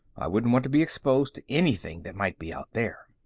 i wouldn't want to be exposed to anything that might be out there.